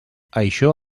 això